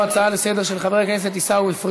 אנחנו עוברים, בעזרת השם, לסעיף הבא שעל סדר-היום.